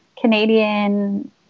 Canadian